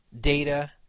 data